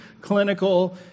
clinical